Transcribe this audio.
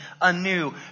anew